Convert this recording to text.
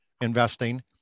investing